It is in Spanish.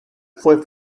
fue